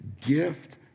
gift